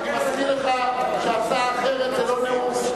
אני מזכיר לך שהצעה אחרת זה לא נאום.